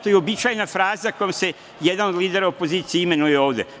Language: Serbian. To je uobičajena fraza kojom se jedan od lidera opozicije imenuje ovde.